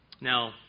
Now